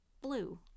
blue